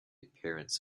appearance